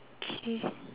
okay